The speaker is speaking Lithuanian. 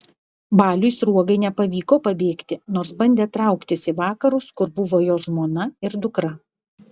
baliui sruogai nepavyko pabėgti nors bandė trauktis į vakarus kur buvo jo žmona ir dukra